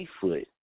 foot